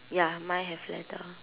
ya mine have ladder